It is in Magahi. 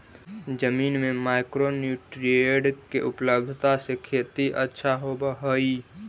जमीन में माइक्रो न्यूट्रीएंट के उपलब्धता से खेती अच्छा होब हई